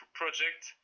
project